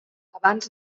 abans